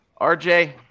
RJ